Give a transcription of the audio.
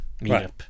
meetup